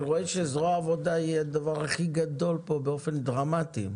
רואה שזרוע העבודה היא הדבר הכי גדול פה באופן דרמטי.